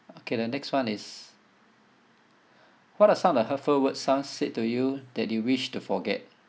okay the next one is what are some of the hurtful words some said to you that you wish to forget